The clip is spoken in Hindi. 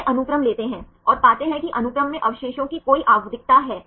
तो ग्रीक का पहला अक्षर अल्फा है